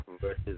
versus